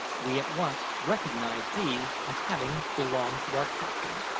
we at once recognised these as having belonged to our captain,